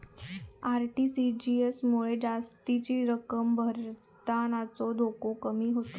RTGS मुळे जास्तीची रक्कम भरतानाचो धोको कमी जाता